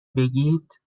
بگید